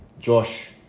Josh